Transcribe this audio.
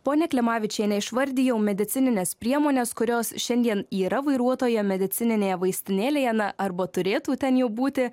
pone klimavičiene išvardijau medicinines priemones kurios šiandien yra vairuotojo medicininėje vaistinėlėje na arba turėtų ten jau būti